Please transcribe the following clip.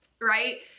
right